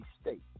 state